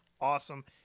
awesome